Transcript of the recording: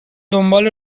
دنبال